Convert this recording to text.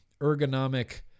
ergonomic